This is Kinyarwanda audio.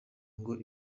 ngo